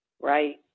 Right